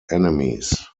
enemies